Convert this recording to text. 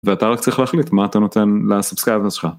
ואתה רק צריך להחליט מה אתה נותן ל subscribers שלך.